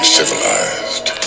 civilized